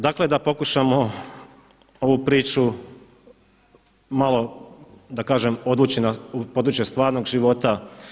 Dakle da pokušamo ovu priču, malo da kažem odvući na područje stvarnog života.